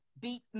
beat